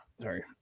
Sorry